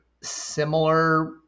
similar